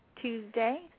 tuesday